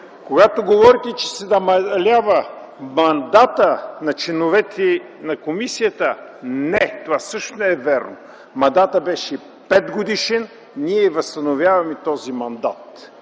Когато говорите, че се намалява мандатът на членовете на комисията, не – това също не е вярно. Мандатът беше 5-годишен, ние възстановяваме този мандат.